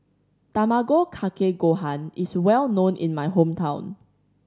Tamago Kake Gohan is well known in my hometown